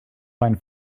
find